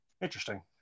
Interesting